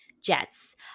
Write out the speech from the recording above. jets